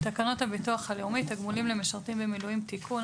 "תקנות הביטוח הלאומי (תגמולים למשרתים במילואים) (תיקון),